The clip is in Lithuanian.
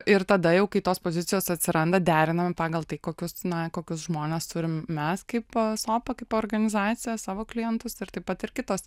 ir tada jau kai tos pozicijos atsiranda derinam pagal tai kokius na kokius žmones turime mes kaip sopa kaip organizacija savo klientus ir taip pat ir kitos